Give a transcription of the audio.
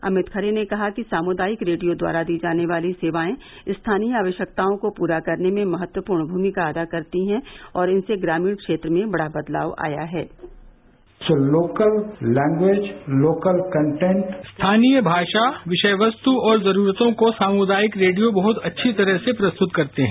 अमित खरे ने कहा कि सामुदायिक रेडियो द्वारा दी जाने वाली सेवायें स्थानीय आवश्यकताओं को पूरा करने में महत्वपूर्ण भूमिका अदा करती हैं और इनसे ग्रामीण क्षेत्र में बड़ा बदलाव आया है स्थानीय भाषा विषय वस्त और जरूरतों को सामदायिक रेडियो बहत अच्छी तरह से प्रस्तत करते हैं